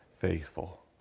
faithful